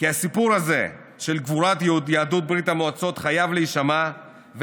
כי הסיפור הזה של גבורת יהדות ברית המועצות חייב להישמע,